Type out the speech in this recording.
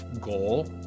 goal